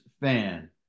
fan